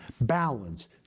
balance